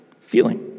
Feeling